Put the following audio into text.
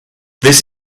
this